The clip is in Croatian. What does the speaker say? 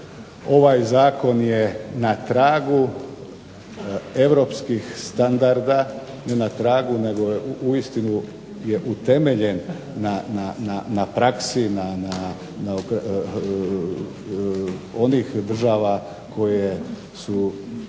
Ovaj zakon je na tragu europskih standarda, ne na tragu, nego uistinu je utemeljen na praksi, na, onih država koje su